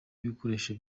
ibikoresho